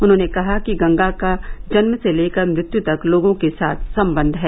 उन्होंने कहा कि गंगा का जन्म से लेकर मृत्यु तक लोगों के साथ संबंध है